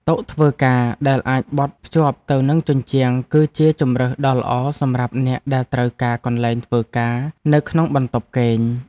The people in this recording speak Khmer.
តុធ្វើការដែលអាចបត់ភ្ជាប់ទៅនឹងជញ្ជាំងគឺជាជម្រើសដ៏ល្អសម្រាប់អ្នកដែលត្រូវការកន្លែងធ្វើការនៅក្នុងបន្ទប់គេង។